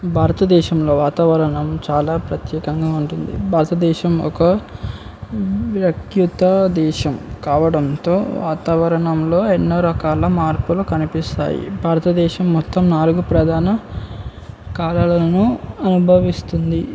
భారతదేశంలో వాతావరణం చాలా ప్రత్యేకంగా ఉంటుంది భారతదేశం ఒక ప్రఖ్యాత దేశం కావడంతో వాతావరణంలో ఎన్నో రకాల మార్పులు కనిపిస్తాయి భారతదేశం మొత్తం నాలుగు ప్రధాన కాలవలను అనుభవిస్తుంది